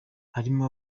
harimo